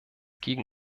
gegen